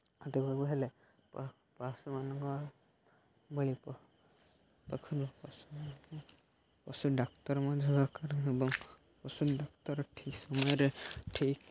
ଘଟିବାକୁ ହେଲେ ପଶୁମାନଙ୍କ ଭଳି ପଶୁ ଡାକ୍ତର ମଧ୍ୟ ଦରକାର ହେବ ପଶୁ ଡାକ୍ତର ଠିକ୍ ସମୟରେ ଠିକ୍